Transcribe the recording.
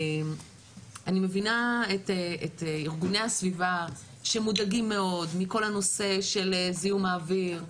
אני מבינה את ארגוני הסביבה שמודאגים מאוד מכל הנושא של זיהום האויר.